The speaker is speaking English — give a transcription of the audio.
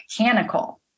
mechanical